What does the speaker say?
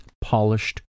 polished